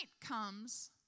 comes